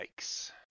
Yikes